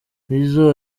nizzo